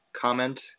comment